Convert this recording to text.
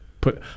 put